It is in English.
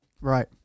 Right